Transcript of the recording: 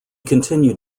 continued